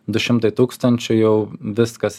du šimtai tūkstančių jau viskas